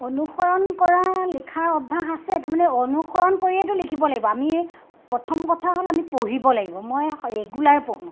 অনুসৰণ কৰা লিখাৰ অভ্যাস আছে তাৰমানে অনুসৰণ কৰিয়েইতো লিখিব লাগিব আমি প্ৰথম কথা হ'ল আমি পঢ়িব লাগিব মই স ৰেগুলাৰ পঢ়ো